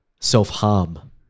self-harm